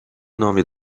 nome